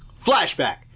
Flashback